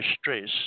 stress